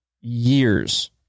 years